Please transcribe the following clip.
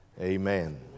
Amen